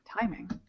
Timing